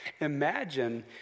imagine